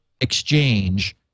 exchange